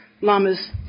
llamas